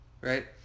Right